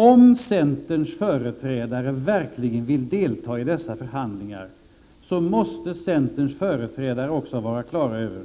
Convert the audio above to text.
Om centerpartiets företrädare verkligen vill delta i dessa förhandlingar i syfte att uppnå riksdagsbeslutets innehåll, måste de också vara på det klara med